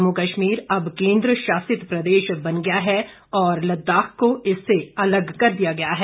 जम्मू कश्मीर अब केंद्र शासित प्रदेश बन गया है और लद्दाख को इससे अलग कर दिया गया है